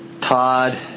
Todd